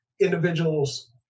individuals